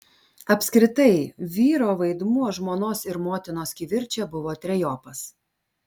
apskritai vyro vaidmuo žmonos ir motinos kivirče buvo trejopas